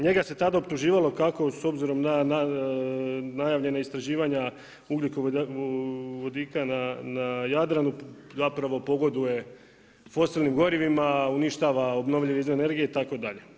Njega se tada optuživalo kako s obzirom na najavljena istraživanja ugljkovodika na Jadranu, zapravo pogoduje fosilnim gorivima, uništava obnovljive izvore energije, itd.